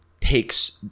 takes